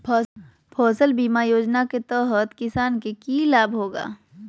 फसल बीमा योजना के तहत किसान के की लाभ होगा?